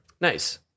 Nice